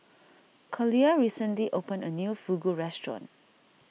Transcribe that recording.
Collier recently opened a new Fugu restaurant